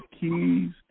keys